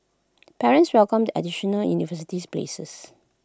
parents welcomed the additional university's places